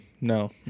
no